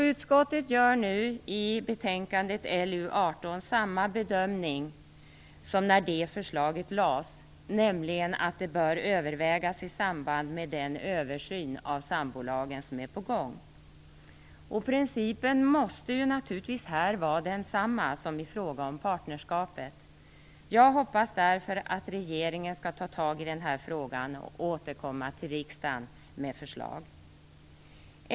Utskottet gör nu i betänkande 1995/96:LU18 samma bedömning som när förslaget lades, nämligen att detta bör övervägas i samband med den översyn av sambolagen som är på gång. Principen måste här naturligtvis vara densamma som i fråga om partnerskapet. Jag hoppas därför att regeringen tar tag i frågan och återkommer till riksdagen med förslag.